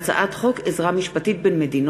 הודעה למזכירת הכנסת, בבקשה.